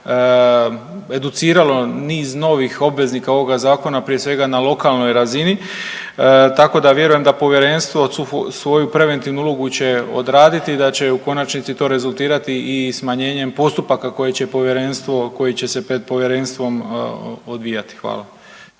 educiralo niz novih obveznika ovoga zakona prije svega na lokalnoj razini, tako da vjerujem da povjerenstvo svoju preventivnu ulogu će odraditi da će u konačnici to rezultirati i smanjenjem postupaka koje će povjerenstvo, koji će